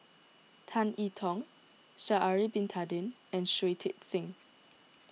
Tan I Tong Sha'ari Bin Tadin and Shui Tit Sing